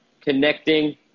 Connecting